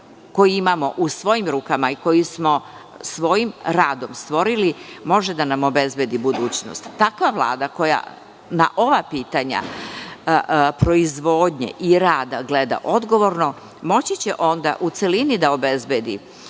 koji imamo u svojim rukama i koji smo svojim radom stvorili, može da nam obezbedi budućnost. Takva Vlada koja na ova pitanja proizvodnje i rada gleda odgovorno, moći će onda u celini da obezbedi